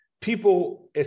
people